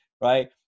right